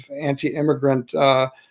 anti-immigrant